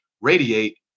Radiate